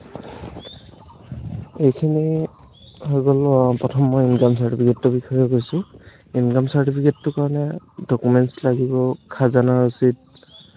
এইখিনি হৈ গ'ল প্ৰথম মই ইনকাম চাৰ্টিফিটটোৰ কথা কৈছোঁ ইনকাম চাৰ্টিফিকেটটোৰ কাৰণে ডকুমেণ্টছ লাগিব খাজানা ৰচিদ